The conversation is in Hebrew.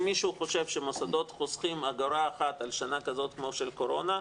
אם מישהו חושב שמוסדות חוסכים אגורה אחת על שנה כזאת כמו של קורונה,